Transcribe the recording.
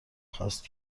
خواست